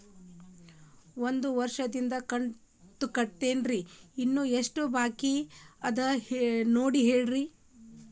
ಒಂದು ವರ್ಷದಿಂದ ಕಂತ ಕಟ್ಟೇನ್ರಿ ಇನ್ನು ಎಷ್ಟ ಬಾಕಿ ಅದ ನೋಡಿ ಹೇಳ್ರಿ